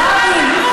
רבין.